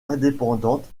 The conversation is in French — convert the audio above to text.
indépendante